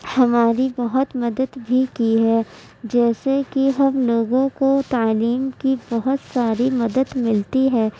ہماری بہت مدد بھی کی ہے جیسے کہ ہم لوگوں کو تعلیم کی بہت ساری مدد ملتی ہے